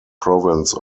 province